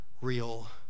real